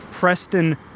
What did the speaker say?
Preston